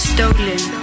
Stolen